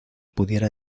pudiera